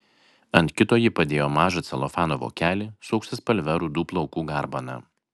ant kito ji padėjo mažą celofano vokelį su auksaspalve rudų plaukų garbana